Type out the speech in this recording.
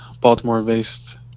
Baltimore-based